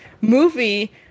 movie